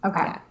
Okay